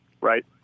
right